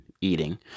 eating